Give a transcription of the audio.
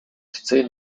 zehn